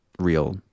real